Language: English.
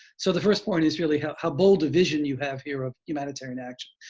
so, the first point is really how how bold a vision you have here of humanitarian action.